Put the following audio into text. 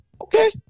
Okay